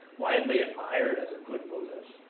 widely admired as a good buddhist,